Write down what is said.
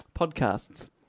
podcasts